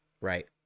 right